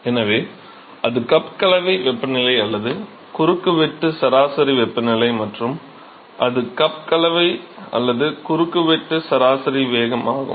எனவே அது கப் கலவை வெப்பநிலை அல்லது குறுக்கு வெட்டு சராசரி வெப்பநிலை மற்றும் அது கப் கலவை அல்லது குறுக்கு வெட்டு சராசரி வேகம் ஆகும்